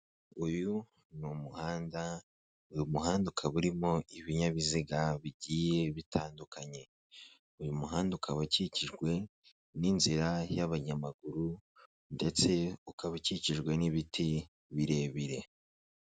Uyu ni umuhanda. Uyu muhanda ukaba urimo ibinyabiziga bigiye bitandukanye. Uyu muhanda ukaba ukikijwe n'inzira y'abanyamaguru ndetse ukaba ukikijwe n'ibiti birebire.